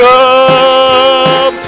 up